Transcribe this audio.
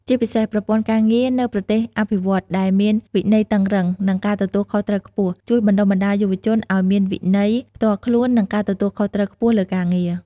ជាពិសេស ប្រព័ន្ធការងារនៅប្រទេសអភិវឌ្ឍន៍ដែលមានវិន័យតឹងរ៉ឹង និងការទទួលខុសត្រូវខ្ពស់ ជួយបណ្ដុះបណ្ដាលយុវជនឱ្យមានវិន័យផ្ទាល់ខ្លួន និងការទទួលខុសត្រូវខ្ពស់លើការងារ។